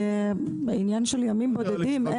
עניין של ימים בודדים.